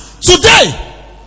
Today